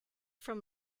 from